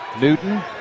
Newton